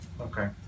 Okay